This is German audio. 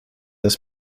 das